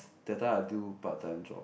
that time I do part time job